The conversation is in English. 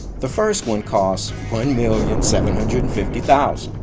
the first one costs one million seven hundred and fifty thousand